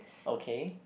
okay